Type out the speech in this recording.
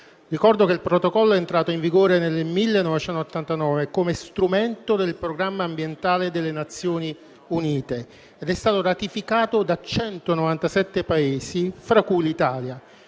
Ricordo che il Protocollo è entrato in vigore nel 1989 come strumento del Programma ambientale delle Nazioni unite ed è stato ratificato da 197 Paesi, fra cui l'Italia.